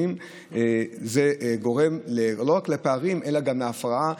זה גורם לא רק לפערים אלא גם להפרעה.